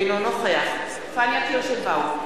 אינו נוכח פניה קירשנבאום,